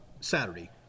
Saturday